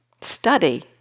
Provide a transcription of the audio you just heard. Study